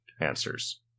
answers